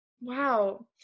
wow